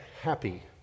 happy